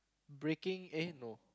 breaking A no